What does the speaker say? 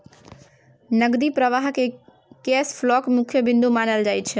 नकदी प्रवाहकेँ कैश फ्लोक मुख्य बिन्दु मानल जाइत छै